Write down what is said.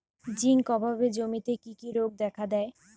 Zinc অভাবে জমিতে কি কি রোগ দেখাদেয়?